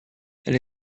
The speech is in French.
elle